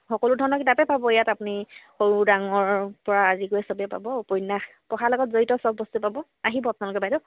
সকলো ধৰণৰ কিতাপেি পাব ইয়াত আপুনি সৰু ডাঙৰৰপৰা আদি কৰি চবেই পাব উপন্যাস পঢ়াৰ লগত জড়িত চব বস্তুৱে পাব আহিব আপোনালোকে বাইদেউ